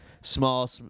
small